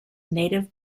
native